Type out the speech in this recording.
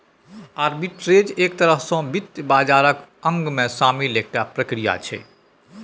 arbitrage एक तरह सँ वित्त बाजारक अंगमे शामिल एकटा प्रक्रिया छै